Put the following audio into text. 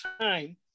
time